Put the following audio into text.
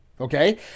okay